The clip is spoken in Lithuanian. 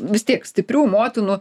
vis tiek stiprių motinų